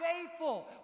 faithful